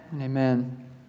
Amen